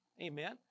Amen